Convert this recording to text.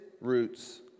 roots